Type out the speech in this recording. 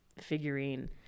figurine